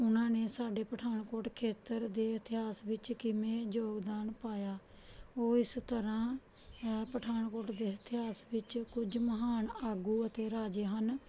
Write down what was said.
ਉਹਨਾਂ ਨੇ ਸਾਡੇ ਪਠਾਨਕੋਟ ਖੇਤਰ ਦੇ ਇਤਿਹਾਸ ਵਿੱਚ ਕਿਵੇਂ ਯੋਗਦਾਨ ਪਾਇਆ ਉਹ ਇਸ ਤਰ੍ਹਾਂ ਅ ਪਠਾਨਕੋਟ ਦੇ ਇਤਿਹਾਸ ਵਿੱਚ ਕੁਝ ਮਹਾਨ ਆਗੂ ਅਤੇ ਰਾਜੇ ਹਨ